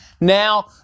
Now